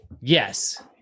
Yes